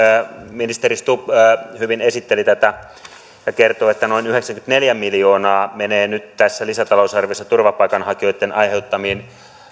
ministeri stubb hyvin esitteli tätä ja kertoi että noin yhdeksänkymmentäneljä miljoonaa menee nyt tässä lisätalousarviossa turvapaikanhakijoitten aiheuttamiin